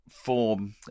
form